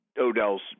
Odell's